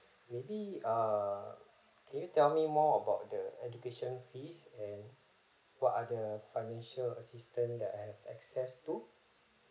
maybe err can you tell me more about the education fees and what are the financial assistance that I have access to